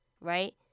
Right